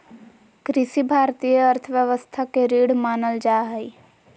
कृषि भारतीय अर्थव्यवस्था के रीढ़ मानल जा हइ